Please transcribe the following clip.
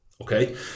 Okay